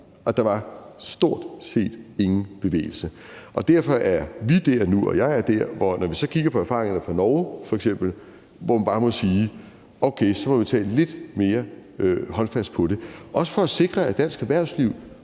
Der var stort set ingen bevægelse. Derfor er vi der nu og jeg der nu, at når vi så kigger på erfaringerne fra f.eks. Norge, må man bare sige: Okay, så må vi tage lidt mere håndfast på det. Det er også for at sikre, at dansk erhvervsliv